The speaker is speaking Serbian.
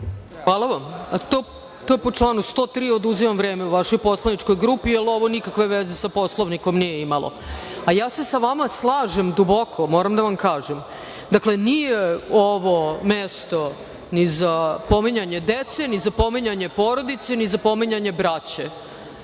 Hvala vam. To je po članu 103, oduzimam vreme vašoj poslaničkoj grupi, jer ovo nikakve veze sa Poslovnikom nije imalo. Slažem se sa vama duboko, moram da vam kažem. Dakle, nije ovo mesto ni za pominjanje dece, ni za pominjanje porodice, ni za pominjanje braće,